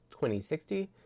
2060